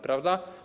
Prawda?